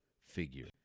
figure